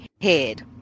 head